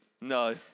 No